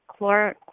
chlor